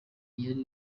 yari